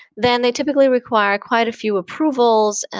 then they typically require quite a few approvals.